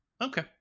Okay